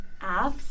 apps